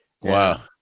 Wow